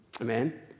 Amen